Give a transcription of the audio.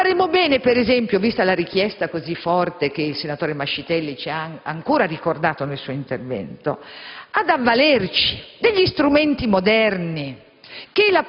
Faremmo bene, per esempio, vista la richiesta così forte che il senatore Mascitelli ci ha ancora ricordato nel suo intervento, ad avvalerci degli strumenti moderni